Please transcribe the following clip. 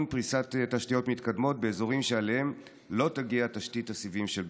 פריסת תשתיות מתקדמות באזורים שאליהם לא תגיע תשתית הסיבים של בזק.